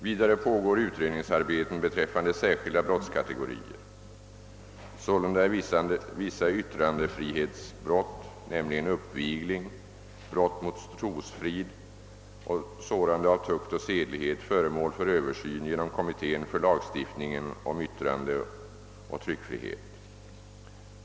Vidare pågår utredningsarbeten beträffande särskilda brottskategorier. Sålunda är vissa yttrandefrihetsbrott, nämligen uppvigling, brott mot trosfrid samt sårande av tukt och sedlighet, föremål för översyn genom kommittén för lagstiftningen om yttrandeoch tryckfrihet.